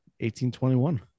1821